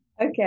Okay